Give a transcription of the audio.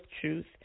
truth